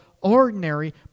ordinary